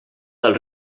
del